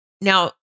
now